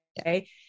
Okay